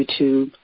YouTube